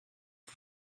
the